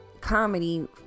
comedy